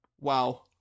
wow